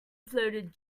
floated